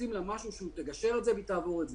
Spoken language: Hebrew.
שעושים לה משהו שהוא מגשר את זה והיא תעבור את זה.